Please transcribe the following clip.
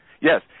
Yes